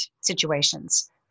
situations